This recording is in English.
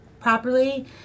properly